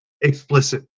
explicit